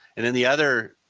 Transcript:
and then the other,